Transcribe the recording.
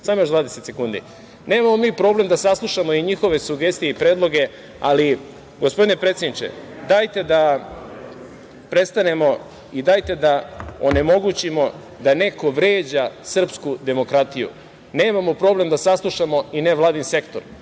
Samo još 20 sekundi. Nemamo mi problem da saslušamo i njihove sugestije i predloge, ali, gospodine predsedniče, dajte da prestanemo i dajte da onemogućimo da neko vređa srpsku demokratiju. Nemamo problem da saslušamo i nevladin sektor,